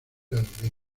alimentos